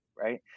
right